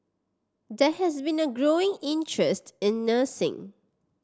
there has been a growing interest in nursing